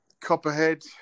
Copperhead